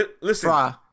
Listen